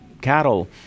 cattle